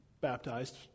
baptized